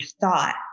thought